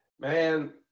Man